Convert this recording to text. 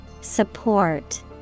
Support